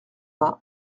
vingt